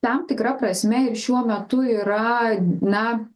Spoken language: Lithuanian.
tam tikra prasme ir šiuo metu yra na